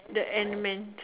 the Ant Man